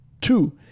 Two